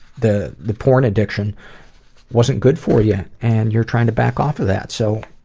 the the porn addiction wasn't good for you and you're trying to back off of that. so,